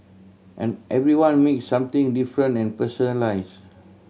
and everyone make something different and personalise